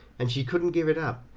and she couldn't give it up.